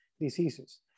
diseases